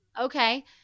Okay